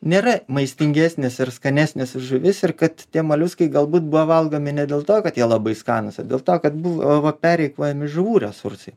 nėra maistingesnės ir skanesnės už žuvis ir kad tie moliuskai galbūt buvo valgomi ne dėl to kad jie labai skanūs o dėl to kad buvo pereikvojami žuvų resursai